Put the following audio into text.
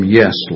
yes